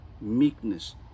meekness